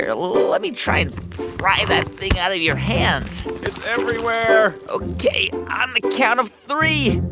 here, let me try and pry that thing out of your hands it's everywhere ok. on the count of three.